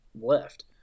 left